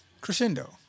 Crescendo